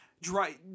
Dry